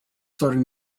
starting